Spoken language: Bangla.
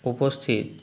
উপস্থিত